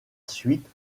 suite